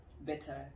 better